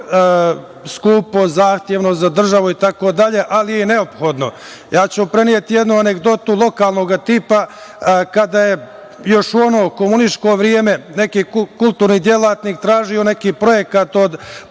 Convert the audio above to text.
skupo, zahtevno za državu itd, ali je neophodno. Preneću jednu anegdotu lokalnog tipa. Kada je još u ono komunističko vreme neki kulturni delatnik tražio neki projekat od